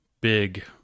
big